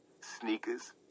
sneakers